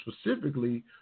specifically